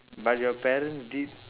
but your parents did